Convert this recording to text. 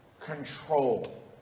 control